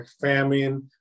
Famine